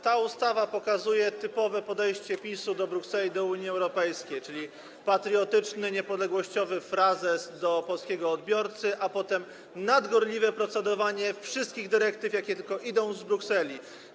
Ta ustawa pokazuje typowe podejście PiS-u do Brukseli, do Unii Europejskiej, czyli patriotyczny, niepodległościowy frazes skierowany do polskiego odbiorcy, a potem nadgorliwe procedowanie nad wszystkimi dyrektywami, jakie tylko idą z Brukseli.